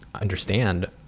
understand